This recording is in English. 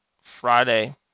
Friday